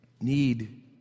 need